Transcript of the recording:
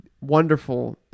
wonderful